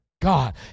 God